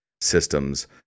systems